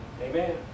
Amen